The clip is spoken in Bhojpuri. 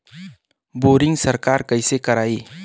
बोरिंग सरकार कईसे करायी?